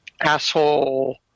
asshole